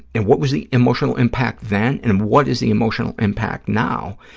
and what was the emotional impact then and what is the emotional impact now.